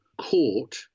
court